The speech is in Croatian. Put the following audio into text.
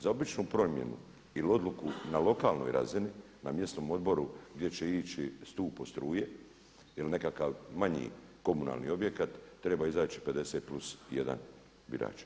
Za običnu promjenu ili odluku na lokalnoj razini na mjesnom odboru gdje će ići stup od struje ili nekakav manji komunalni objekat treba izaći 50 plus 1 birač.